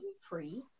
free